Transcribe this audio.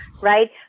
right